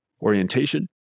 orientation